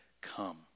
come